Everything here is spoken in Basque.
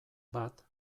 bat